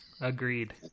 Agreed